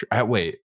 Wait